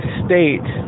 state